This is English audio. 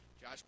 Josh